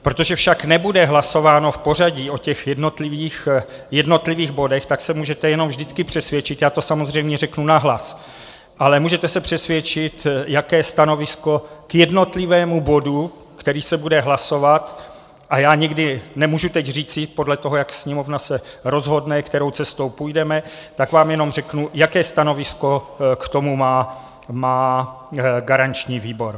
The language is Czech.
Protože však nebude hlasováno v pořadí o těch jednotlivých bodech, tak se můžete jenom vždycky přesvědčit, já to samozřejmě řeknu nahlas, ale můžete se přesvědčit, jaké stanovisko k jednotlivému bodu, který se bude hlasovat, a já nemůžu teď říci, podle toho, jak se Sněmovna rozhodne, kterou cestou půjdeme, tak vám jenom řeknu, jaké stanovisko k tomu má garanční výbor.